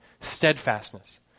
steadfastness